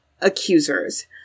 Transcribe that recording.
accusers